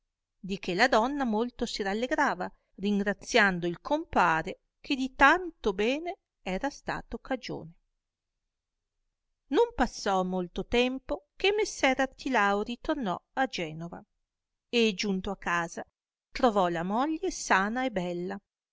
di che la donna molto si rallegrava ringraziando il compare che di tanto bene era stato cagione non passò molto tempo che messer artilao ritornò a genova e giunto a casa trovò la moglie sana e bella